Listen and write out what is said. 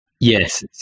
yes